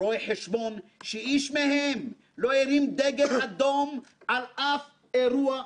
רואי חשבון שאיש מהם לא הרים דגל אדום על אף אירוע חריג.